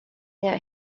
that